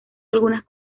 algunas